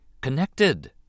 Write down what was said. Connected